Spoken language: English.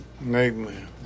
Amen